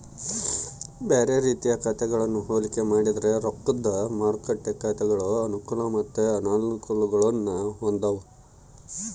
ಬ್ಯಾರೆ ರೀತಿಯ ಖಾತೆಗಳನ್ನ ಹೋಲಿಕೆ ಮಾಡಿದ್ರ ರೊಕ್ದ ಮಾರುಕಟ್ಟೆ ಖಾತೆಗಳು ಅನುಕೂಲ ಮತ್ತೆ ಅನಾನುಕೂಲಗುಳ್ನ ಹೊಂದಿವ